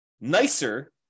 nicer